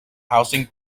housing